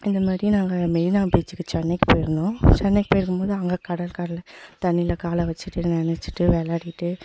இந்தமாரி நாங்கள் மெரினா பீச்சிக்கு சென்னைக்கு போய்ருந்தோம் சென்னைக்கு போய்ருக்கும்போது அங்கே கடற்கரையில் தண்ணியில் காலை வெச்சிட்டு நனச்சிட்டு விளையாடிட்டு